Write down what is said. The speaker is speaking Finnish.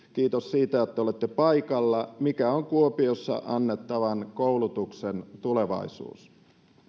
kiitos siitä että olette paikalla mikä on kuopiossa annettavan koulutuksen tulevaisuus